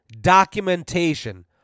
documentation